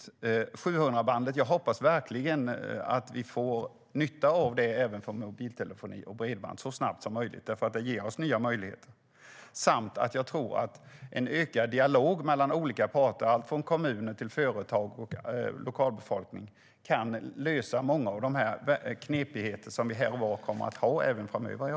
När det gäller 700-bandet hoppas jag verkligen att vi får nytta av det även för mobiltelefoni och bredband så snabbt som möjligt, för det ger oss nya möjligheter. Jag tror också att en ökad dialog mellan olika parter, alltifrån kommuner till företag och lokalbefolkning, kan lösa många av de knepigheter som här och var kommer att finnas även framöver.